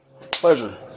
Pleasure